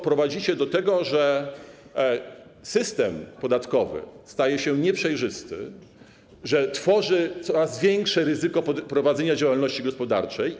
Prowadzicie do tego, że system podatkowy staje się nieprzejrzysty, że zwiększa ryzyko prowadzenia działalności gospodarczej.